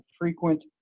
frequent